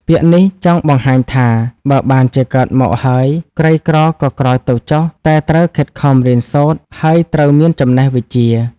ពាក្យនេះចង់បង្ហាញថា បើបានជាកើតមក ហើយក្រីក្រក៏ក្រទៅចុះ តែត្រូវខិតខំរៀនសូត្រ ហើយត្រូវមានចំណេះវិជ្ជា ។